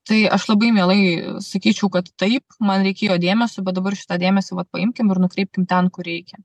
tai aš labai mielai sakyčiau kad taip man reikėjo dėmesio bet dabar šitą dėmesį vat paimkim ir nukreipkim ten kur reikia